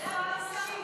רגע, שאלה, מי השר המשיב?